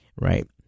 right